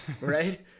Right